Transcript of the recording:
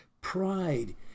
Pride